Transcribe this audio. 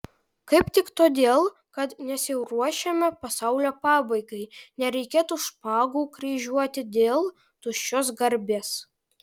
kaip tik todėl kad nesiruošiame pasaulio pabaigai nereikėtų špagų kryžiuoti dėl tuščios garbės